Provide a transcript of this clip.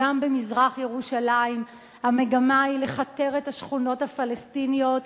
גם במזרח-ירושלים המגמה היא לכתר את השכונות הפלסטיניות,